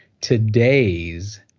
today's